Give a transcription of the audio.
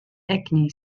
egni